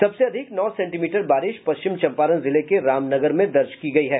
सबसे अधिक नौ सेंटीमीटर बारिश पश्चिम चम्पारण जिले के रामनगर में दर्ज की गयी है